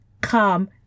come